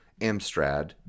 Amstrad